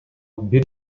бир